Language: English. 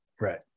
Right